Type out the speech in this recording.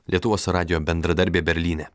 lietuvos radijo bendradarbė berlyne